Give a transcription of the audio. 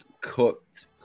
cooked